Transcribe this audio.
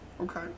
Okay